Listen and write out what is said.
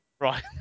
Right